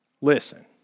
listen